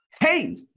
Hey